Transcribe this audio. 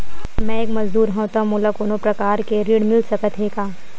मैं एक मजदूर हंव त मोला कोनो प्रकार के ऋण मिल सकत हे का?